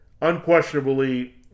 unquestionably